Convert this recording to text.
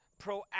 proactive